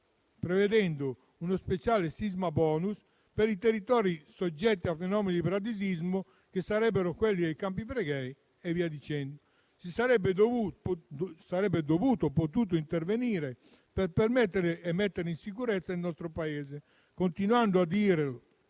prevedendo uno speciale sisma bonus per i territori soggetti a fenomeni di bradisismo, che sarebbero quelli dei Campi Flegrei e anche altri. Si sarebbe dovuto e potuto intervenire per mettere in sicurezza il nostro Paese. Noi continuiamo a dirlo